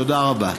תודה רבה.